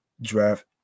draft